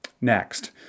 next